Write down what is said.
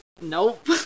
nope